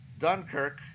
dunkirk